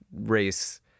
race